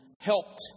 helped